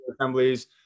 assemblies